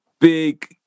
big